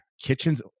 Kitchens